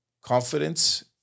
Confidence